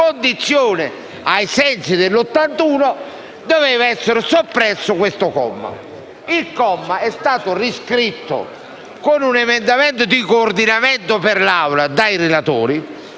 Costituzione doveva essere soppresso questo comma. Il comma è stato riscritto con un emendamento di coordinamento per l'Aula dai relatori